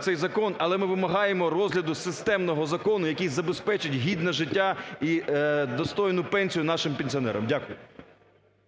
цей закон. Але ми вимагаємо розгляду системного закону, який забезпечить гідне життя і достойну пенсію нашим пенсіонерам. Дякую.